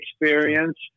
experience